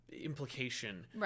implication